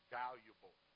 valuable